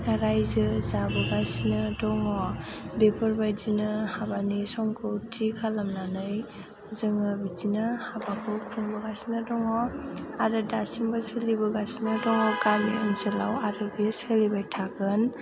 रायजो जाबोगासिनो दङ बेफोरबायदिनो हाबानि समखौ थि खालामनानै जोङो बिदिनो हाबाखौ खुंबोगासिनो दङ आरो दासिमबो सोलिबोगासिनो गामि ओनसोलाव आरो बेयो सोलिबाय थागोन